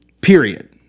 Period